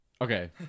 Okay